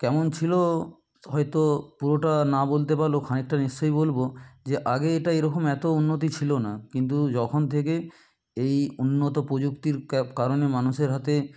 কেমন ছিল হয়তো পুরোটা না বলতে পারলেও খানিকটা নিশ্চয়ই বলব যে আগে এটা এরকম এত উন্নতি ছিল না কিন্তু যখন থেকে এই উন্নত প্রযুক্তির কারণে মানুষের হাতে